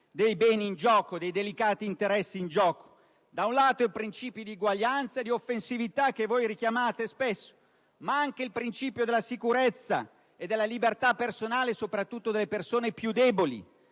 dei beni e dei delicati interessi in gioco: da un lato, il principio di uguaglianza e l'offensività che voi richiamate spesso, dall'altro anche il principio della sicurezza e della libertà personale, soprattutto delle persone più deboli.